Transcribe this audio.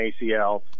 ACL